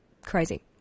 crazy